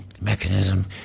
mechanism